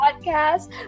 podcast